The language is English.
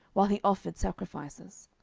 while he offered sacrifices.